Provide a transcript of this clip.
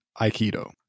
Aikido